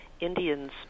Indians